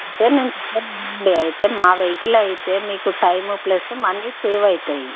అంటే నేను చెప్పేది వినండి అయితే మా వెహికల్ అయితే మీకు టైము ప్లస్ మనీ సేవ్ అవుతాయి